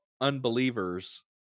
unbelievers